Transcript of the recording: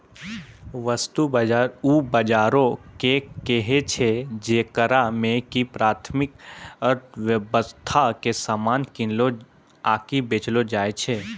वस्तु बजार उ बजारो के कहै छै जेकरा मे कि प्राथमिक अर्थव्यबस्था के समान किनलो आकि बेचलो जाय छै